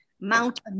mount